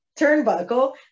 turnbuckle